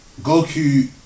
Goku